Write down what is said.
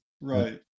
Right